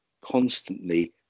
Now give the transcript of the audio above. constantly